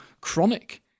chronic